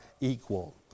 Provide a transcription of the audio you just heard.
equal